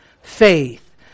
faith